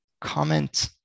comment